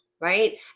right